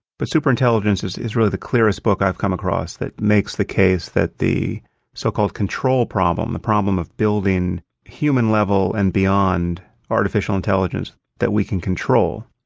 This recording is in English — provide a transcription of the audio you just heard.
but superintelligence is really really the clearest book i've come across that makes the case that the so-called control problem, the problem of building human level and beyond artificial intelligence that we can control,